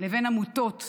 לבין עמותות